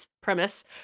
premise